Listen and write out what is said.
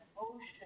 ocean